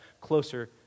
closer